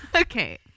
Okay